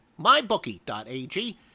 MyBookie.ag